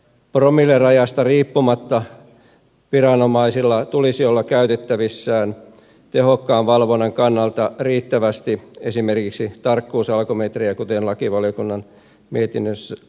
promillerajasta riippumatta viranomaisilla tulisi olla käytettävissään tehokkaan valvonnan kannalta riittävästi esimerkiksi tarkkuusalkometrejä kuten lakivaliokunnan mietinnössä todetaan